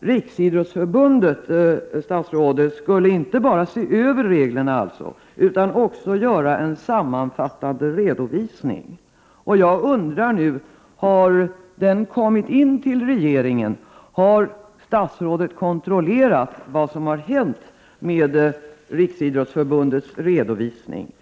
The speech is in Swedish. Riksidrottsförbundet skulle alltså inte bara se över reglerna, statsrådet Lönnqvist, utan också göra en sammanfattande redovisning. Jag undrar nu om den har kommit in till regeringen och om statsrådet har kontrollerat vad som har hänt med Riksidrottsförbundets redovisning.